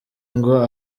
ngo